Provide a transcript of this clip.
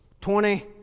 Twenty